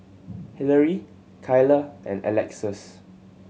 Hilary Kylah and Alexus